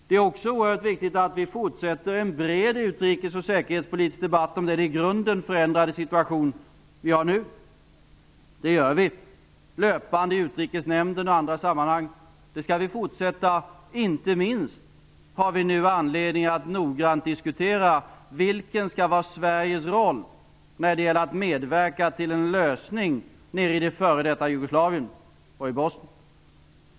Det är också oerhört viktigt att vi fortsätter med en bred utrikes och säkerhetspolitisk debatt om den i grunden förändrade situation som vi har nu. Det gör vi fortlöpande i utrikesnämnden och i andra sammanhang, och det skall vi fortsätta med. Inte minst har vi nu anledning att noggrant diskutera vilken Sveriges roll skall vara när det gäller att medverka till en lösning nere i det f.d. Jugoslavien och i Bosnien.